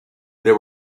there